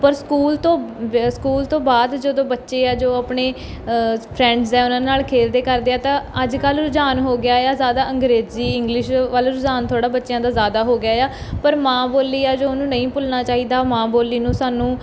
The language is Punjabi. ਪਰ ਸਕੂਲ ਤੋਂ ਬ ਅ ਸਕੂਲ ਤੋਂ ਬਾਅਦ ਜਦੋਂ ਬੱਚੇ ਹੈ ਜੋ ਆਪਣੇ ਫਰੈਂਡਸ ਹੈ ਉਹਨਾਂ ਨਾਲ ਖੇਡਦੇ ਕਰਦੇ ਆ ਤਾਂ ਅੱਜ ਕੱਲ੍ਹ ਰੁਝਾਨ ਹੋ ਗਿਆ ਆ ਜ਼ਿਆਦਾ ਅੰਗਰੇਜ਼ੀ ਇੰਗਲਿਸ਼ ਵੱਲ ਰੁਝਾਨ ਥੋੜ੍ਹਾ ਬੱਚਿਆਂ ਦਾ ਜ਼ਿਆਦਾ ਹੋ ਗਿਆ ਆ ਪਰ ਮਾਂ ਬੋਲੀ ਆ ਜੋ ਉਹਨੂੰ ਨਹੀਂ ਭੁੱਲਣਾ ਚਾਹੀਦਾ ਮਾਂ ਬੋਲੀ ਨੂੰ ਸਾਨੂੰ